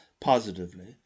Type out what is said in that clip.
positively